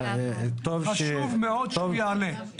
חשוב מאוד שהוא יעלה.